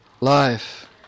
life